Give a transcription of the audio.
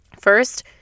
First